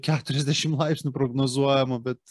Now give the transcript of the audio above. keturiasdešim laipsnių prognozuojama bet